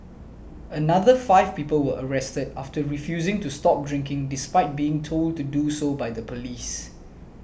another five people were arrested after refusing to stop drinking despite being told to do so by police